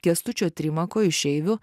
kęstučio trimako išeivių